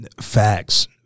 Facts